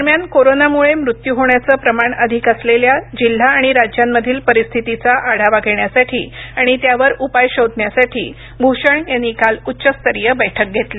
दरम्यान कोरोनामूळं मृत्यू होण्याचं प्रमाण अधिक असलेल्या जिल्हा आणि राज्यांमधील परिस्थितीचा आढावा घेण्यासाठी आणि त्यावर उपाय शोधण्यासाठी भूषण यांनी काल उच्च स्तरीय बैठक घेतली